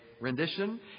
Rendition